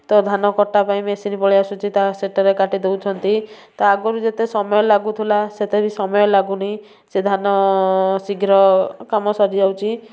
ତ ଧାନ କଟା ପାଇଁ ମେସିନ୍ ପଳାଇ ଆସୁଛି ତ ସେଇଟାରେ କାଟିଦଉଛନ୍ତି ତା ଆଗରୁ ଯେତେ ସମୟ ଲାଗୁଥିଲା ସେତେ ବି ସମୟ ଲାଗୁନି ସେ ଧାନ ଶୀଘ୍ର କାମ ସରିଯାଉଛି